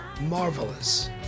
Marvelous